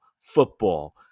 football